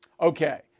okay